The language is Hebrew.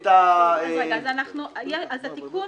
אז התיקון